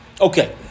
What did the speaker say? Okay